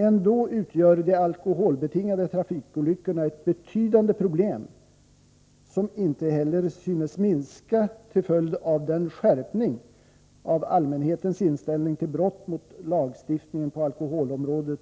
Ändå utgör de alkoholbetingade trafikolyckorna ett betydande problem, som inte heller synes minska till följd av den skärpning av allmänhetens inställning till brott mot lagstiftningen på alkoholområdet